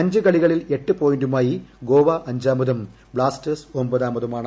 അഞ്ച് കളികളിൽ എട്ട് പോയിന്റുമായി ഗോവ അഞ്ചാമതും ബ്ലാസ്റ്റേഴ്സ് ഒൻപതാമതുമാണ്